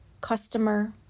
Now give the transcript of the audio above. customer